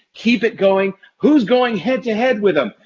keep it going. who is going head-to-head with them.